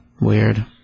Weird